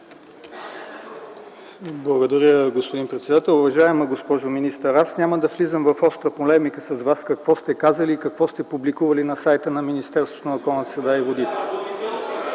Благодаря, господин председател. Уважаема госпожо министър, аз няма да влизам в остра полемика с Вас какво сте казали и какво сте публикували на сайта на Министерството на околната среда и водите.